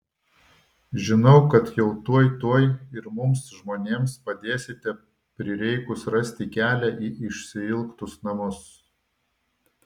žinau kad jau tuoj tuoj ir mums žmonėms padėsite prireikus rasti kelią į išsiilgtus namus